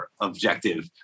objective